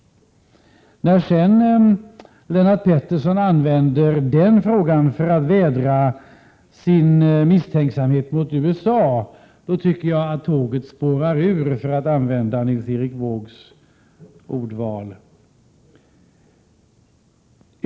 När Lennart Pettersson använder den frågan för att vädra sin misstänksamhet mot USA, tycker jag att tåget spårar ur, för att använda Nils Erik Wåågs ordval.